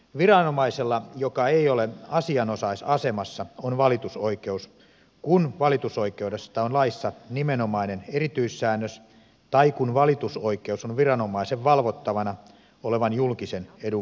viranomaisella joka ei ole asianosaisasemassa on valitusoikeus kun valitusoikeudesta on laissa nimenomainen erityissäännös tai kun valitusoikeus on viranomaisen valvottavana olevan julkisen edun vuoksi tarpeen